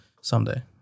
someday